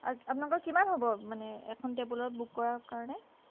আপোনালোকৰ কিমান হ'ব মানে এখন টেবুলৰ বুক কৰাৰ কাৰণে